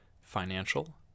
financial